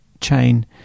chain